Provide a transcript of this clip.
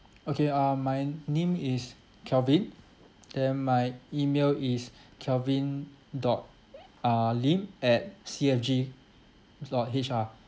okay uh my name is kelvin then my email is kelvin dot uh lim at c f g dot h r